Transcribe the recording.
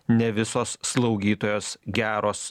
ne visos slaugytojos geros